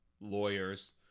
lawyers